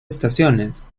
estaciones